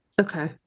Okay